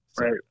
right